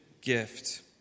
gift